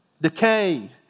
decay